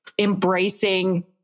embracing